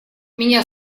меня